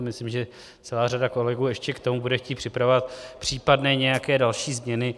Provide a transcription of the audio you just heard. Myslím, že celá řada kolegů ještě k tomu bude chtít připravovat případné nějaké další změny.